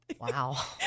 Wow